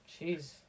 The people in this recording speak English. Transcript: Jeez